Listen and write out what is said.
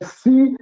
see